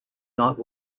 not